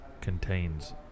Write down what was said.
contains